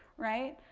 right,